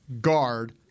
guard